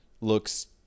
looks